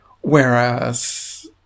Whereas